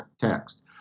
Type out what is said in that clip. text